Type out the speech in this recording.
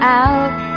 out